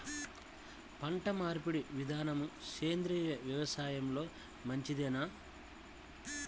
పంటమార్పిడి విధానము సేంద్రియ వ్యవసాయంలో మంచిదేనా?